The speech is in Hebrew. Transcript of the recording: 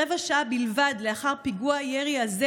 רבע שעה בלבד לאחר פיגוע הירי הזה